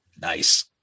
Nice